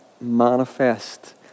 manifest